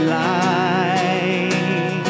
light